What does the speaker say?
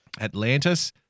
Atlantis